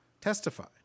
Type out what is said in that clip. testify